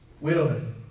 widowhood